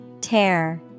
Tear